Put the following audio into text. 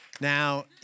Now